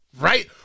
right